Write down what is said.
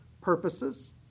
purposes